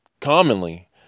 commonly